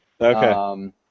Okay